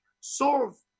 solve